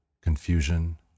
confusion